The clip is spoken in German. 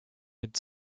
mit